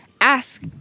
ask